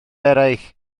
eraill